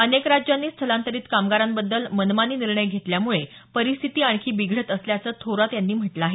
अनेक राज्यांनी स्थलांतरित कामगारांबद्दल मनमानी निर्णय घेतल्यामुळे परिस्थिती आणखी बिघडत असल्याचं थोरात यांनी म्हटलं आहे